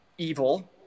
evil